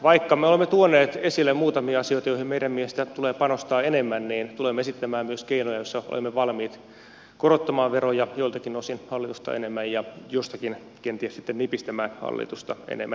vaikka me olemme tuoneet esille muutamia asioita joihin meidän mielestämme tulee panostaa enemmän niin tulemme esittämään myös keinoja joissa olemme valmiit korottamaan veroja joiltakin osin hallitusta enemmän ja jostakin kenties sitten nipistämään hallitusta enemmän